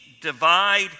divide